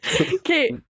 Okay